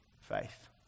faith